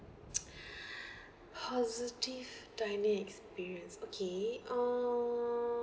positive dining experience okay uh